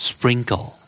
Sprinkle